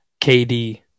KD